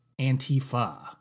Antifa